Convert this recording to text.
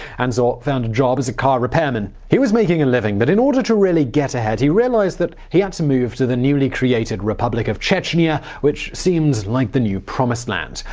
and so found a job as a car repairman. he was making a living but in order to really get ahead he realized that he had to get to the newly created republic of chechnya, which seemed like the new promised land.